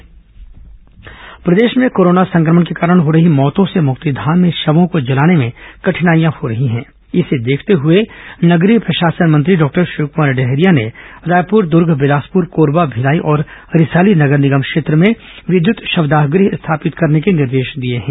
विद्युत शवदाह गृह प्रदेश में कोरोना संक्रमण के कारण हो रही मौतों से मुक्तिधाम में शवों को जलाने में कठिनाइयां हो रही हैं जिसे देखते हुए नगरीय प्रशासन मंत्री डॉक्टर शिवकुमार डहरिया ने रायपुर दुर्ग बिलासपुर कोरबा भिलाई और रिसाली नगर निगम क्षेत्र में विद्युत शवदाह गृह स्थापित करने के निर्देश दिए हैं